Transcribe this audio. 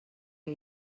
que